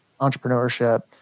entrepreneurship